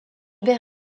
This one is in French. baies